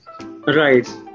Right